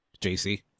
JC